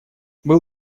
был